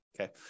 Okay